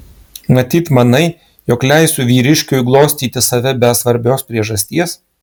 matyt manai jog leisiu vyriškiui glostyti save be svarbios priežasties